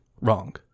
Wrong